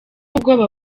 ubwoba